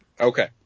Okay